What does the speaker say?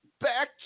back